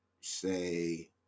say